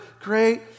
great